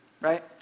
Right